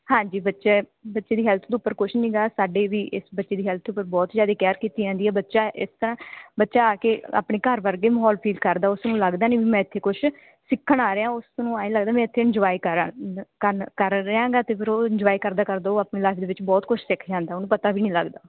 ਹਾਂਜੀ ਬੱਚੇ ਬੱਚੇ ਦੀ ਹੈਲਥ ਤੋਂ ਉੱਪਰ ਕੁਛ ਨਹੀਂ ਗਾ ਸਾਡੇ ਵੀ ਇਸ ਬੱਚੇ ਦੀ ਹੈਲਥ ਉੱਪਰ ਬਹੁਤ ਜ਼ਿਆਦੀ ਕੇਅਰ ਕੀਤੀ ਜਾਂਦੀ ਹੈ ਬੱਚਾ ਇਸ ਤਾਂ ਬੱਚਾ ਆ ਕੇ ਆਪਣੇ ਘਰ ਵਰਗੇ ਮਾਹੌਲ ਫੀਲ ਕਰਦਾ ਉਸ ਨੂੰ ਲੱਗਦਾ ਨਹੀਂ ਵੀ ਮੈਂ ਇੱਥੇ ਕੁਛ ਸਿੱਖਣ ਆ ਰਿਆ ਉਸ ਨੂੰ ਐਂ ਲੱਗਦਾ ਮੈਂ ਇੱਥੇ ਇੰਜੋਏ ਕਰਾਂ ਅ ਨ ਕਾਨ ਕਰ ਰਿਆ ਗਾ ਅਤੇ ਫਿਰ ਉਹ ਇੰਜੋਏ ਕਰਦਾ ਕਰਦਾ ਉਹ ਆਪਣੀ ਲਾਈਫ ਦੇ ਵਿੱਚ ਬਹੁਤ ਕੁਛ ਸਿੱਖ ਜਾਂਦਾ ਉਹਨੂੰ ਪਤਾ ਵੀ ਨਹੀਂ ਲੱਗਦਾ